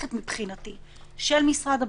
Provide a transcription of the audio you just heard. ומוערכת מבחינתי של משרד הבריאות,